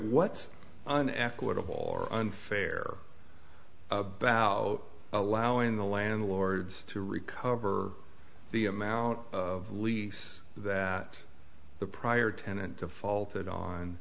what's an equitable or unfair about allowing the landlords to recover the amount of lease that the prior tenant defaulted on